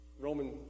Roman